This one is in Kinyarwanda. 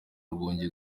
rwongeye